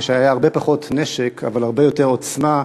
כשהיה הרבה פחות נשק אבל הרבה יותר עוצמה.